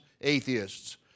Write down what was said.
atheists